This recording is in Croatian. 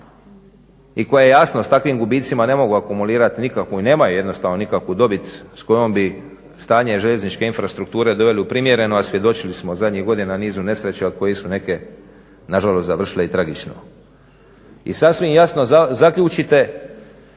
i koje jasno s takvim gubicima ne mogu akumulirati, i nemaju jednostavno nikakvu dobit s kojim bi stanje željezničke infrastrukture dobili u primjereno, a svjedočili smo zadnjih godina nizu nesreća od kojih su neke na žalost završile i tragično. I sasvim jasno zaključite